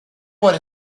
what